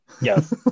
Yes